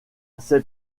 c’est